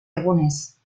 egunez